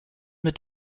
mit